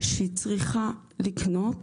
שהיא צריכה לקנות.